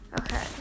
Okay